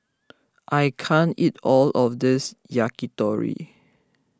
I can't eat all of this Yakitori